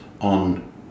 on